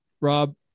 Rob